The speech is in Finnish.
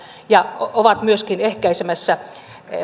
ja ovat myöskin ehkäisemässä